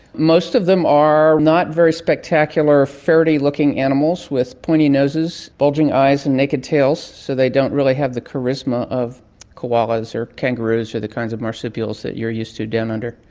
most of them are not very spectacular, ferrety looking animals with pointy noses, bulging eyes and naked tails, so they don't really have the charisma of koalas or kangaroos or the kinds of marsupials that you're used to down under.